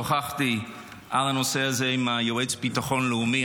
אתמול שוחחתי על הנושא הזה עם היועץ החדש לביטחון לאומי.